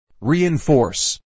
Reinforce